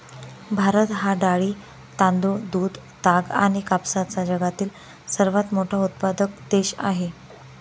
भारत हा डाळी, तांदूळ, दूध, ताग आणि कापसाचा जगातील सर्वात मोठा उत्पादक देश आहे